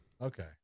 Okay